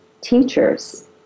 teachers